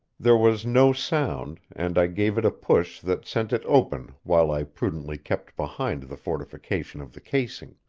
there was no sound and i gave it a push that sent it open while i prudently kept behind the fortification of the casing.